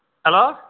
hello